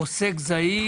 עוסק זעיר.